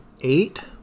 eight